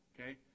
okay